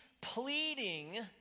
pleading